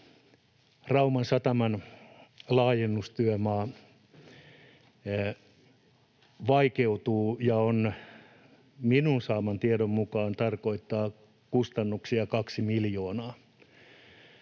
Rauman sataman laajennustyömaa vaikeutuu, ja minun saamani tiedon mukaan se tarkoittaa kustannuksia 2 miljoonaa,